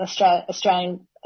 Australian